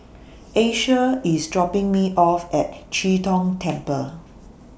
Asia IS dropping Me off At Chee Tong Temple